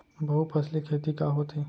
बहुफसली खेती का होथे?